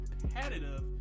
competitive